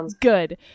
Good